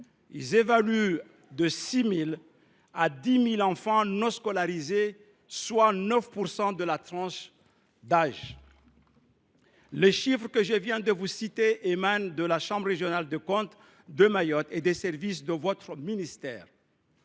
estiment entre 6 000 à 10 000 le nombre d’enfants non scolarisés, soit 9 % du total. Les chiffres que je viens de vous citer émanent de la chambre régionale des comptes de Mayotte et des services de votre ministère.